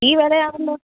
തീ വിലയാണല്ലോ